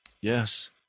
Yes